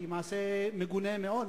שהיא מעשה מגונה מאוד,